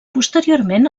posteriorment